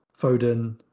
Foden